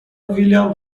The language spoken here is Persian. ویلیام